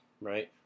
right